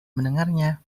mendengarnya